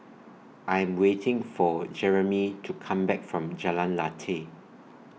I Am waiting For Jeremie to Come Back from Jalan Lateh